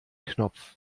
knopf